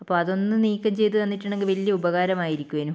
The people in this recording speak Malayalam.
അപ്പം അതൊന്ന് നീക്കം ചെയ്ത് തന്നിട്ടുണ്ടെങ്കിൽ വല്യ ഉപകാരം ആയിരിക്കുവേനു